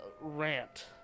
rant